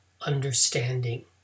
understanding